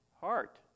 heart